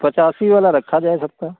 पचासी वाला रखा जाए सबका